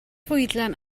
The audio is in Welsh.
fwydlen